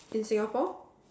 in Singapore